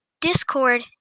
Discord